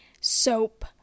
soap